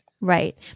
Right